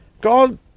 God